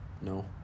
no